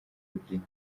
ebyeri